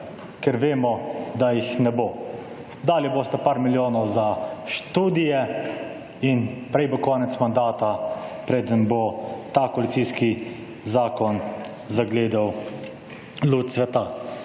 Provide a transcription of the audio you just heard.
ker vemo, da jih ne bo. Dali boste par milijonov za študije in prej bo konec mandata, preden bo ta koalicijski zakon zagledal luč sveta.